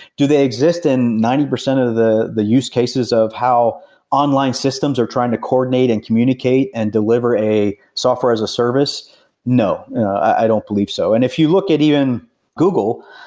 do they exist in ninety percent of the the use cases of how online systems are trying to coordinate and communicate and deliver a software-as-a-service? no, i don't believe so. and if you look at even google,